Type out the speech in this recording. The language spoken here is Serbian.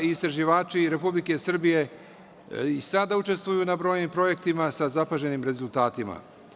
Istraživači Republike Srbije i sada učestvuju na brojnim projektima, sa zapaženim rezultatima.